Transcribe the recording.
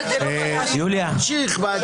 לא, זה לא סוכם איתנו.